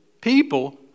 people